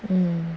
mmhmm